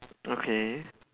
okay